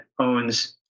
owns